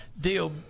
deal